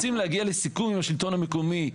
רוצים להגיע לסיכום עם השלטון המקומי,